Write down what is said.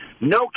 No